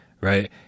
right